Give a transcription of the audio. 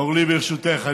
אורלי, אורלי, ברשותך.